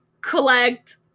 collect